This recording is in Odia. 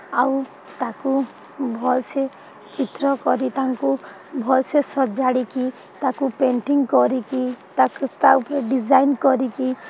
ଆଉ ତାକୁ ଭଲସେ ଚିତ୍ର କରି ତାଙ୍କୁ ଭଲସେ ସଜାଡ଼ିକି ତାକୁ ପେଣ୍ଟିଙ୍ଗ୍ କରିକି ତାକୁ ତା ଉପରେ ଡିଜାଇନ୍ କରିକି